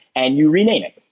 and you rename it.